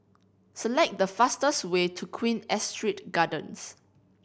select the fastest way to Queen Astrid Gardens